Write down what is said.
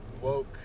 woke